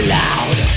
loud